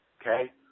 Okay